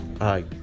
hi